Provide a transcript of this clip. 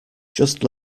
just